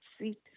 see